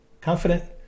confident